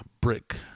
brick